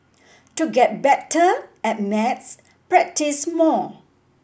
to get better at maths practise more